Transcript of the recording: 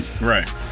right